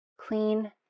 clean